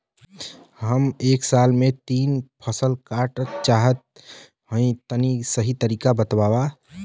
हम एक साल में तीन फसल काटल चाहत हइं तनि सही तरीका बतावा?